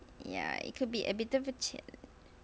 ya it could be a little bit